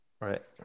Right